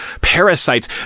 parasites